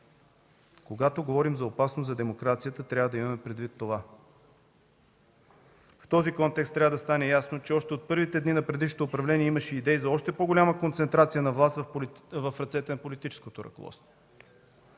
Когато говорим за опасност за демокрацията, трябва да имаме предвид това. В този контекст трябва да стане ясно, че още от първите дни на предишното управление имаше идеи за още по-голяма концентрация на власт в ръцете на политическото ръководство.